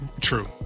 True